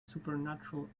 supernatural